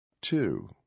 Two